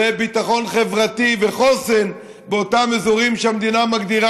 ביטחון חברתי וחוסן באותם אזורים שהמדינה מגדירה